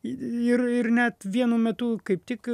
ir ir net vienu metu kaip tik